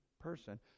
person